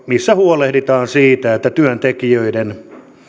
missä huolehditaan siitä että työntekijöiden